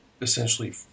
essentially